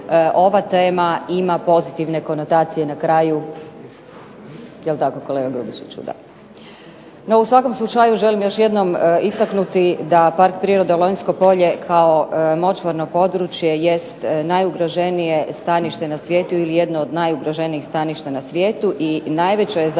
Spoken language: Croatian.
ova tema ima pozitivne konotacije na kraju. No u svakom slučaju želim još jednom istaknuti da Park prirode "Lonjsko polje" kao močvarno područje jest najugroženije stanište na svijetu ili jedno od najugroženijih staništa na svijetu i najveće je zaštićeno